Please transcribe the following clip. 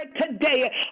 today